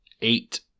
eight